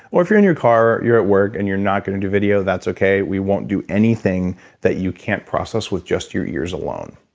or if in your car, you're at work, and you're not going to do video, that's okay. we won't do anything that you can't process with just your ears alone